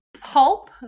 pulp